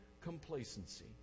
complacency